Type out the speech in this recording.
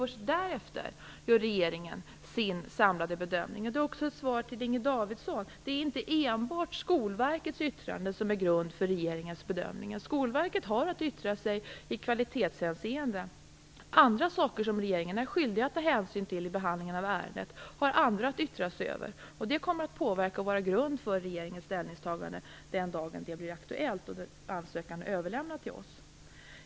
Först därefter gör regeringen sin samlade bedömning. Detta är också ett svar till Inger Davidson. Det är inte enbart Skolverkets yttrande som ligger till grund för regeringens bedömningar. Skolverket har att yttra sig i kvalitetshänseende. Andra saker som regeringen är skyldig att ta hänsyn till i behandlingen av ärendet har andra att yttra sig över. Dessa kommer att påverka och ligga till grund för regeringens ställningstagande den dag det blir aktuellt och ansökan överlämnas till oss.